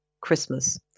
Christmas